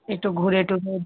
একটু ঘুরে টু্রে